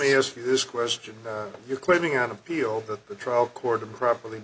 me ask you this question you're claiming on appeal that the trial court improperly